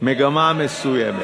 מגמה מסוימת.